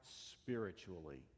spiritually